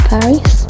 Paris